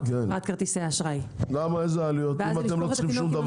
לחברת כרטיסי האשראי וזה לשפוך את התינוק עם